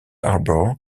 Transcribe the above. harbour